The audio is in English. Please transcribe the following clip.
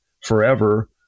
forever